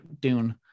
dune